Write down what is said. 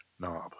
knob